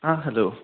ആ ഹലോ